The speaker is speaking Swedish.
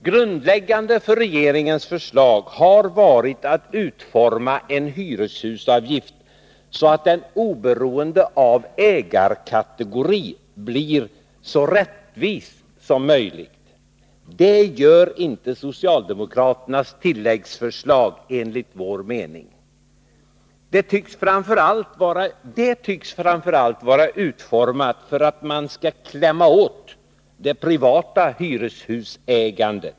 Grundläggande för regeringens förslag har varit att utforma en hyreshusavgift som oberoende av ägarkategori blir så rättvis som möjligt. Detta uppnås enligt vår mening inte med socialdemokraternas tilläggsförslag. Det tycks framför allt vara utformat för att man skall klämma åt det privata hyreshusägandet.